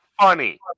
funny